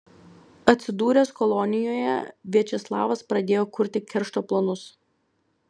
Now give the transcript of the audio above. atsidūręs kolonijoje viačeslavas pradėjo kurti keršto planus